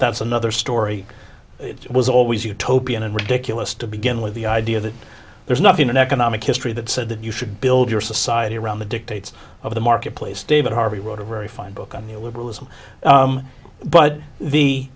that's another story was always utopian and ridiculous to begin with the idea that there's nothing in economic history that said that you should build your society around the dictates of the marketplace david harvey wrote a very fine book on the liberalism but the